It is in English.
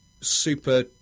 super